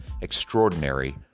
extraordinary